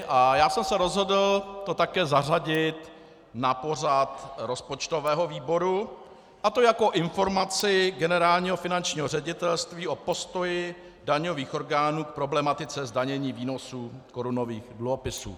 A já jsem se rozhodl to také zařadit na pořad rozpočtového výboru, a to jako informaci Generálního finančního ředitelství o postoji daňových orgánů k problematice zdanění výnosů korunových dluhopisů.